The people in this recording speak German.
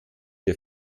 der